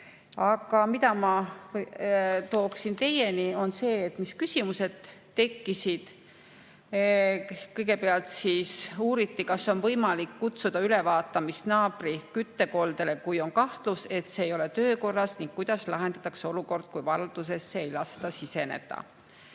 Aga mida ma tooksin teieni, on see, mis küsimused tekkisid. Kõigepealt uuriti, kas on võimalik kutsuda ülevaatamist naabri küttekoldele, kui on kahtlus, et see ei ole töökorras, ning kuidas lahendatakse olukord, kui valdusesse ei lasta siseneda.